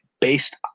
based